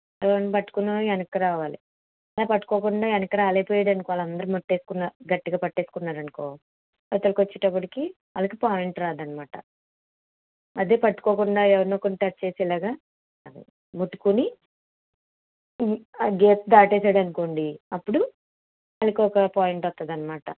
ఎవరిని పట్టుకున్న వెనకకు రావాలి అలా పట్టుకోకుండా వెనకకు రాలేకపోయాడు అనుకో వాళ్ళ అందరిని ముట్టేసుకొని గట్టిగా పట్టేసుకున్నారు అనుకో ఇవతల వచ్చేటప్పటికి వాళ్ళకి పాయింట్ రాదన్నమాట అదే పట్టుకోకుండా ఎవరినో ఒకరిని టచ్ చేసి ఇలాగ ముట్టుకొని ఆ గీత దాటేశాడు అనుకోండి అప్పుడు వీళ్ళకి ఒక పాయింట్ వస్తుంది అన్నమాట